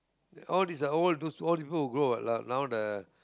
how is the old those old people who grow uh like now the